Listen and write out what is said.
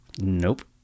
Nope